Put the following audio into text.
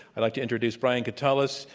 i'd like to introduce brian katulis.